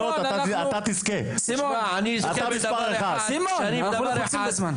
אתה מדבר לי על נביאים?